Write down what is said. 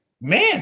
man